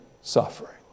suffering